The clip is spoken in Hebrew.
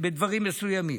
בדברים מסוימים,